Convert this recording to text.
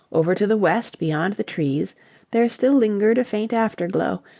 over to the west beyond the trees there still lingered a faint afterglow,